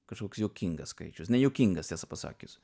kažkoks juokingas skaičius nejuokingas tiesą pasakius